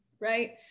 Right